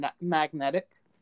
magnetic